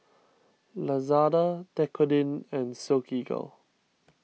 Lazada Dequadin and Silkygirl